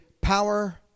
power